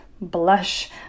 blush